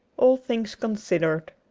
all things considered.